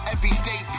Everyday